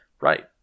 Right